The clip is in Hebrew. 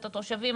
את התושבים,